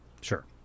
Sure